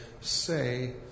say